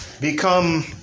become